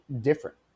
different